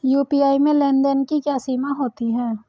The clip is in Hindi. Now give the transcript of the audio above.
यू.पी.आई में लेन देन की क्या सीमा होती है?